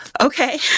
Okay